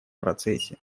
процессе